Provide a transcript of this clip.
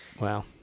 Wow